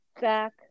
back